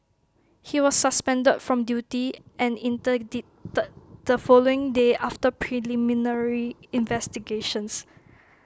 he was suspended from duty and interdicted the following day after preliminary investigations